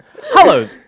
Hello